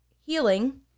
healing